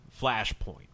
flashpoint